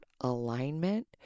alignment